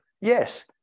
Yes